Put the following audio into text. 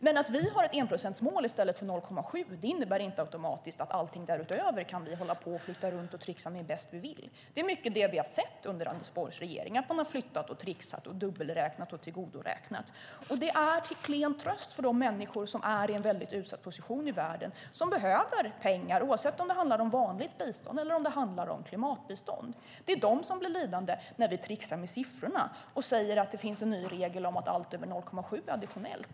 Men att vi har ett enprocentsmål i stället för ett 0,7-procentsmål innebär inte automatiskt att vi kan flytta runt och tricksa hur vi vill med allting därutöver. Det är mycket sådant som vi har sett under Anders Borgs tid som finansminister att man har flyttat, tricksat, dubbelräknat och tillgodoräknat. Det är till klen tröst för de människor som befinner sig i en mycket utsatt position i världen och som behöver pengar, oavsett om det handlar om vanligt bistånd eller om det handlar om klimatbistånd. Det är dessa människor som blir lidande när vi tricksar med siffrorna och säger att det finns en ny regel om att allt över 0,7 procent är additionellt.